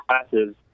classes